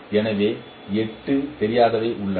எனவே 8 தெரியாதவை உள்ளன